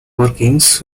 workings